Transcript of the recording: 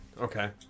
Okay